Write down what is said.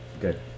Good